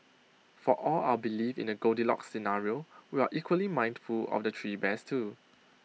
for all our belief in A goldilocks scenario we are equally mindful of the three bears too